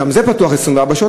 זה פתוח 24 שעות,